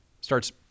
starts